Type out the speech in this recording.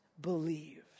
believed